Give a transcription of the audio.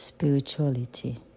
Spirituality